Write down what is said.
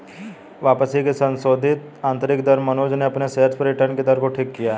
वापसी की संशोधित आंतरिक दर से मनोज ने अपने शेयर्स पर रिटर्न कि दर को ठीक किया है